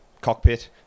cockpit